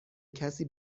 کسی